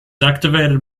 activated